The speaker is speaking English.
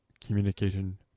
communication